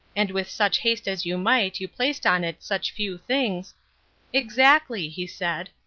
and with such haste as you might you placed on it such few things exactly, he said,